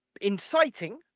inciting